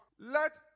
Let